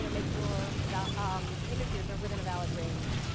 you know make sure but um integers are within a valid range.